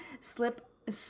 Slip